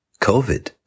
COVID